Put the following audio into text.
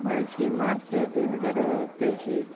ବାଇଶ ମାର୍ଚ୍ଚ ଦୁଇହଜାର ତେଇଶ